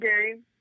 game